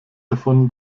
davon